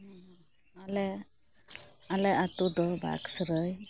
ᱟᱞᱮ ᱟᱞᱮ ᱟᱹᱛᱩ ᱫᱚ ᱵᱟᱠᱥᱩᱨᱟᱹᱭ